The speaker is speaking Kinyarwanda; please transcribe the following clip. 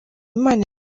imana